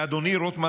ואדוני רוטמן,